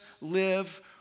live